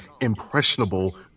impressionable